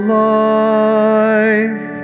life